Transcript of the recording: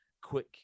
quick